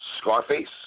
Scarface